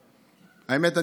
האמת,